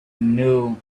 knew